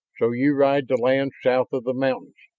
so you ride the land south of the mountains?